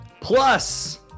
plus